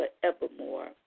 forevermore